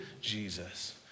Jesus